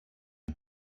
det